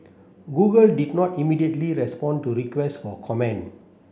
Google did not immediately respond to request for comment